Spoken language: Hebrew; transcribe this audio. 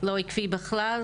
לא עקבי בכלל,